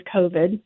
COVID